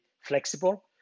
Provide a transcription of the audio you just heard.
flexible